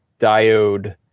diode